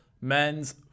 men's